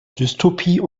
dystopie